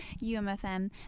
UMFM